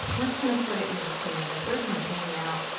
we're just gonna put it into this canvas. we're just gonna paint it out.